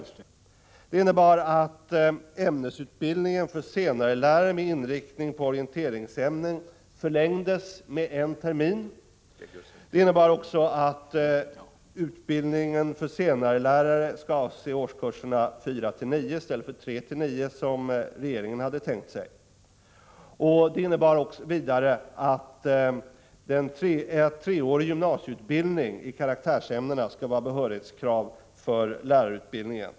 Vidare innebar riksdagsbeslutet att ämnesutbildningen för lärare i de högre årskurserna med inriktning mot orienteringsämnen förlängdes med en termin samt att utbildningen för lärare med undervisning på detta stadium skall avse årskurserna 459 i stället för 3-9, som regeringen hade tänkt sig. Dessutom skall treårig gymnasieutbildning i karaktärsämnena vara behörighetskrav för lärarutbildningen.